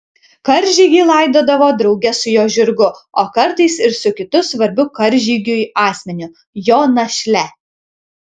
karžygį laidodavo drauge su jo žirgu o kartais ir su kitu svarbiu karžygiui asmeniu jo našle